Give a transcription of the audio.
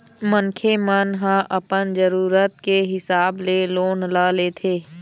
मनखे मन ह अपन जरुरत के हिसाब ले लोन ल लेथे